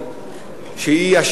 5029,